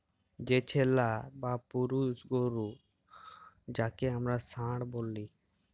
যে ছেলা বা পুরুষ গরু যাঁকে হামরা ষাঁড় ব্যলি